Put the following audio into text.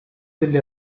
degli